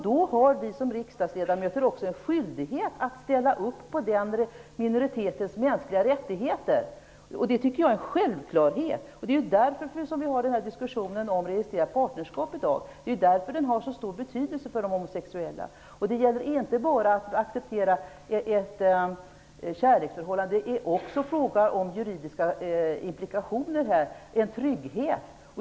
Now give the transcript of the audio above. Då har vi som riksdagsledamöter också en skyldighet att ställa upp för den minoritetens mänskliga rättigheter. Det tycker jag är en självklarhet. Det är därför som vi har diskussionen om registrerat partnerskap i dag. Det är därför förslaget har så stor betydelse för de homosexuella. Det gäller inte bara att acceptera ett kärleksförhållande. Det är också fråga om juridiska implikationer. Det är fråga om en trygghet.